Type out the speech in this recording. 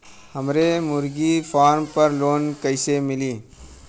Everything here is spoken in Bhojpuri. हमरे मुर्गी फार्म पर लोन कइसे मिली?